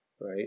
right